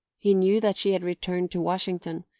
he knew that she had returned to washington,